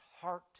heart